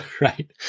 right